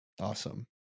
Awesome